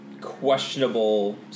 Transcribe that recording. questionable